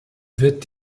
wird